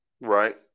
Right